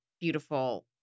beautiful